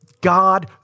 God